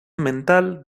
mental